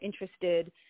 interested